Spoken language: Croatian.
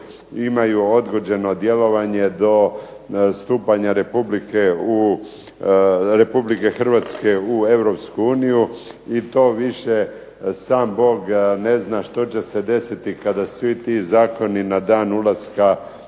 imaju odgođeno djelovanje do stupanja Republike Hrvatske u Europsku uniju i to više sam Bog ne zna što će se desiti kada svi ti zakoni na dan ulaska